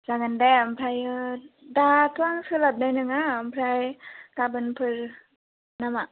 जागोन दे आमफ्रायो दाथ' आं सोलाबनाय नङा आमफ्राय गाबोनफोर ना मा